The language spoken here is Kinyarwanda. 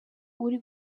uri